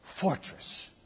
fortress